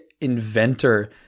inventor